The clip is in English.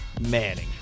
Manning